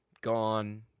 gone